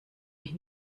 mich